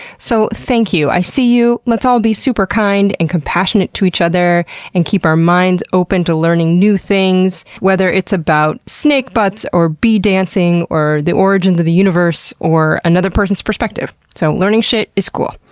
so, thank you. i see you. let's all be super kind and compassionate to each other and keep our minds open to learning new things, whether it's about snake butts, or bee dancing, or the origins of the universe, or another person's perspective. so learning shit is cool.